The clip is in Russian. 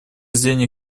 зрения